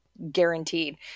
guaranteed